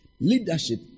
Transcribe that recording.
Leadership